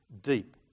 deep